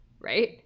right